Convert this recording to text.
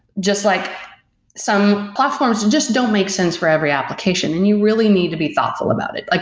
just like some platforms, and just don't make sense for every application, and you really need to be thoughtful about it. like